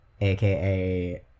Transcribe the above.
aka